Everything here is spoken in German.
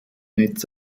netz